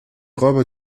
räuber